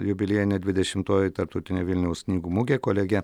jubiliejinė dvidešimtoji tarptautinė vilniaus knygų mugė kolegė